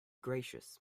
gracious